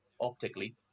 optically